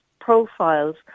profiles